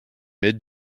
mid